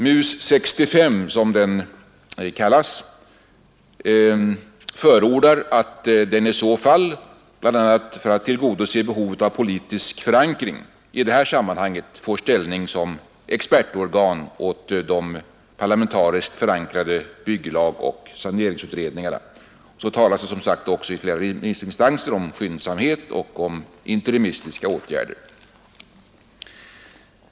MUS 65, som den kallas, förordar att den i så fall, bl.a. för att tillgodose behovet av politisk förankring, i detta sammanhang får ställning som expertorgan åt de parlamentariskt förankrade bygglagoch saneringsberedningarna. Så talas det som sagt också från flera remissinstanser om behovet av skyndsamhet och om interimistiska åtgärder.